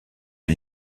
les